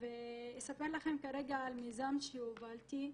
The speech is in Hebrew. ואני אספר לכם כרגע על מיזם שהובלתי.